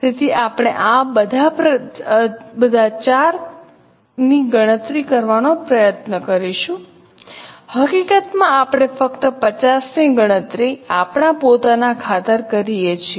તેથી આપણે આ બધા ચારની ગણતરી કરવાનો પ્રયત્ન કરીશું હકીકતમાં આપણે ફક્ત 50 ની ગણતરી આપણા પોતાના ખાતર કરી શકીએ છીએ